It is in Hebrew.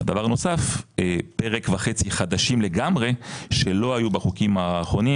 והדבר הנוסף פרק וחצי חדשים לגמרי שלא היו בחוקים האחרונים